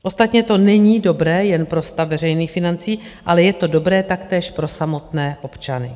Ostatně to není dobré jen pro stav veřejných financí, ale je to dobré taktéž pro samotné občany.